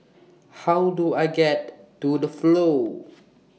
How Do I get to The Flow